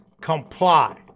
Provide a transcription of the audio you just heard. comply